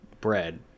bread